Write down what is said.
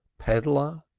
peddler,